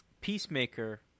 Peacemaker